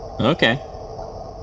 Okay